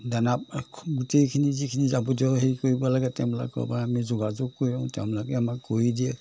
দানা গোটেইখিনি যিখিনি যাৱতীয় হেৰি কৰিব লাগে তেওঁলোকৰ পৰা আমি যোগাযোগ কৰিওঁ তেওঁলোকে আমাক কৰি দিয়ে